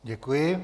Děkuji.